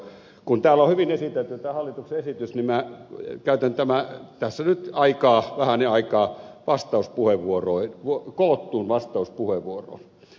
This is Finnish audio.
kun täällä on hyvin esitelty tämä hallituksen esitys niin minä käytän tässä nyt vähän aikaa vastauspuheenvuoroon koottuun vastauspuheenvuoroon